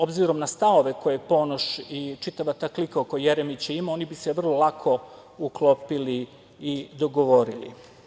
Obzirom na stavove koje Ponoš i čitava ta klika oko Jeremića ima, oni bi se vrlo lako uklopili i dogovorili.